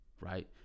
Right